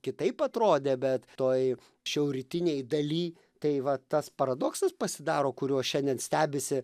kitaip atrodė bet toj šiaurrytinėj daly tai va tas paradoksas pasidaro kuriuo šiandien stebisi